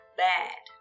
bad